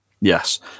Yes